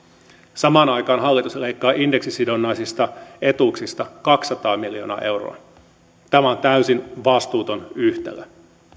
samaan aikaan hallitus leikkaa indeksisidonnaisista etuuksista kaksisataa miljoonaa euroa tämä on täysin vastuuton yhtälö